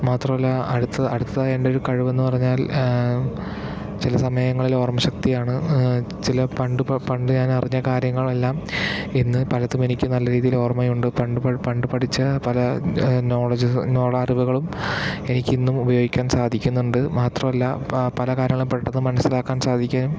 മാത്രമല്ല അടുത്ത അടുത്തതായി എൻ്റെ ഒരു കഴിവെന്നു പറഞ്ഞാൽ ചില സമയങ്ങളിൽ ഓർമ്മ ശക്തിയാണ് ചില പണ്ട് പണ്ട് ഞാൻ അറിഞ്ഞ കാര്യങ്ങളെല്ലാം ഇന്ന് പലതുമെനിക്ക് നല്ല രീതിയിൽ ഓർമ്മയുണ്ട് പണ്ട് പണ്ട് പഠിച്ച പല നോളജ്സ് നോള അറിവുകളും എനിക്ക് ഇന്നും ഉപയോഗിക്കാൻ സാധിക്കുന്നുണ്ട് മാത്രമല്ല പല കാരണങ്ങളിൽ പെട്ടതും മനസ്സിലാക്കാൻ സാധിക്കും